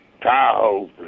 Tahoe